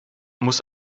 muss